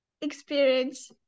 experience